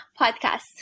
podcast